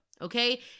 okay